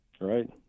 Right